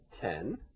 ten